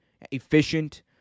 efficient